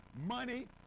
Money